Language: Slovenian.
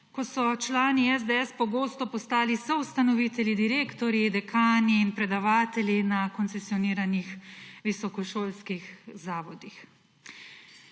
ko so člani SDS pogosto postali soustanovitelji, direktorji, dekani in predavatelji na koncesioniranih visokošolskih zavodih.